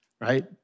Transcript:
right